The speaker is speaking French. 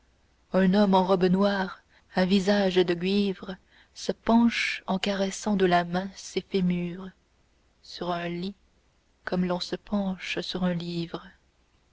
un homme en robe noire à visage de guivre se penche en caressant de la main ses fémurs sur un lit comme l'on se penche sur un livre